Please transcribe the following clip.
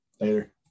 Later